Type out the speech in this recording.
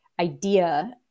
idea